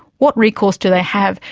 what recourse do they have?